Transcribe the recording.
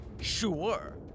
Sure